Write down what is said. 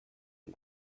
and